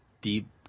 deep